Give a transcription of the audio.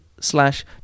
slash